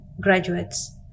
graduates